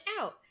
out